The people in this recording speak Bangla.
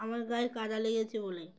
আমার গায়ে কাদা লেগেছে বলে